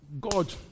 God